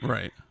Right